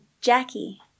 Jackie